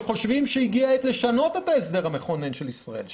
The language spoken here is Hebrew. שחושבים שהגיעה העת לשנות את ההסדר המכונן של ישראל,